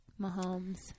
Mahomes